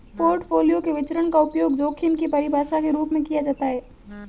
portfolio के विचरण का उपयोग जोखिम की परिभाषा के रूप में किया जाता है